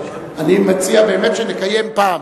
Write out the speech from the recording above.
אני מציע שבאמת נקיים פעם,